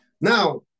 Now